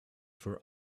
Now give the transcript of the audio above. for